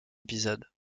épisodes